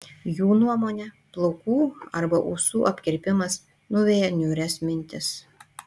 jų nuomone plaukų arba ūsų apkirpimas nuveja niūrias mintis